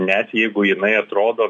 net jeigu jinai atrodo